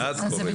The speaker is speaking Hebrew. זה בדיוק את זה.